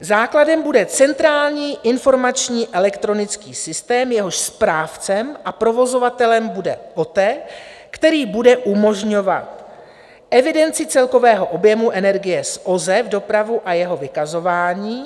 Základem bude centrální informační elektronický systém, jehož správcem a provozovatelem bude OTE, který bude umožňovat evidenci celkového objemu energie z OZE dopravu a jeho vykazování.